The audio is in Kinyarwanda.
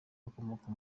ukomoka